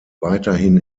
weiterhin